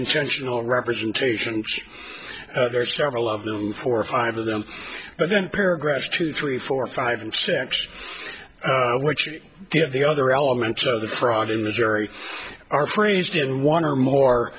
intentional representations there are several of them four or five of them but then paragraph two three four five and six which give the other elements of the frog in missouri are phrased in one or more